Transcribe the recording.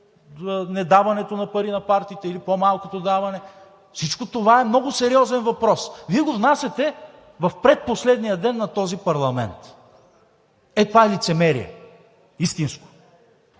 недаването на пари на партиите или по-малкото даване. Всичко това е много сериозен въпрос. Вие го внасяте в предпоследния ден на този парламент. Е, това е лицемерие – истинско.